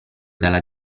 dalla